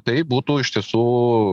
tai būtų iš tiesų